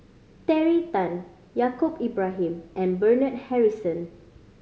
Terry Tan Yaacob Ibrahim and Bernard Harrison